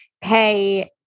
pay